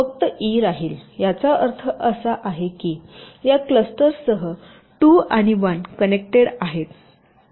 तर याचा अर्थ असा आहे की या क्लस्टर्ससह 2 आणि 1 कनेक्टेड आहे